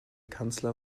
kanzler